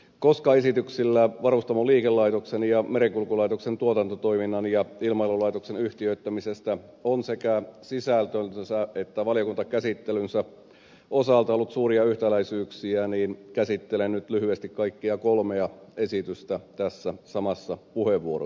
koska esityksillä varustamoliikelaitoksen ja merenkulkulaitoksen tuotantotoiminnan ja ilmailulaitoksen yhtiöittämisestä on sekä sisältönsä että valiokuntakäsittelynsä osalta ollut suuria yhtäläisyyksiä käsittelen nyt lyhyesti kaikkia kolmea esitystä tässä samassa puheenvuorossani